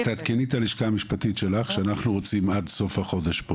אז תעדכני את הלשכה המשפטית שלך שאנחנו רוצים עד סוף החודש,